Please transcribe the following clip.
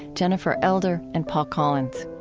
jennifer elder and paul collins